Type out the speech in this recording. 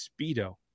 Speedo